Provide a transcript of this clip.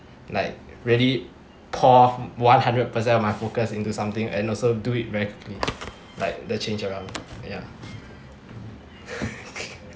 like really pour one hundred percent of my focus into something and also do it very quickly like the change around ya